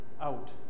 out